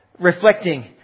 reflecting